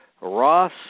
Ross